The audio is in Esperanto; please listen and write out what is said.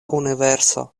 universo